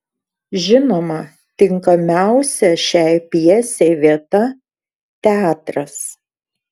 žinoma tinkamiausia šiai pjesei vieta teatras